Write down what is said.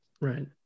Right